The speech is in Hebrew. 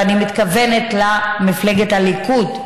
ואני מתכוונת למפלגת הליכוד,